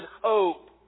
hope